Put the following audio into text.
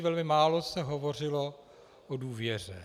Velmi málo se hovořilo o důvěře.